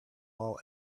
all